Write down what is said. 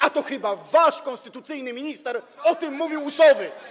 A to chyba wasz konstytucyjny minister o tym mówił u Sowy.